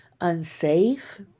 unsafe